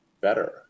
better